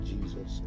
Jesus